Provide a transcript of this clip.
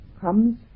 comes